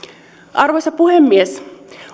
arvoisa puhemies